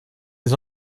les